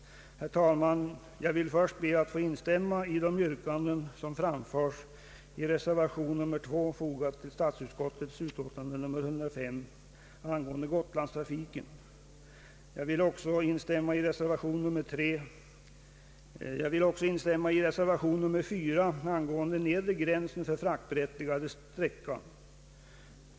Herr talman! Jag vill först instämma i det yrkande som framförs i reservation 2 vid statsutskottets utlåtande nr 1035 angående Gotlandstrafiken. Jag vill också instämma i yrkandet om bifall till reservation 3. Jag kommer vidare att yrka bifall till reservation 4 angående nedre gräns för fraktstödsberättigad sträcka.